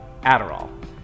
Adderall